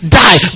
die